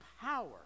power